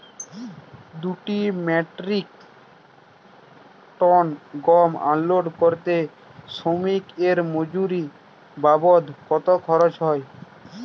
দুই metric ton গম unload করতে শ্রমিক এর মজুরি বাবদ কত খরচ হয়?